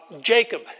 Jacob